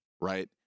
Right